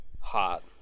hot